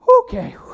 okay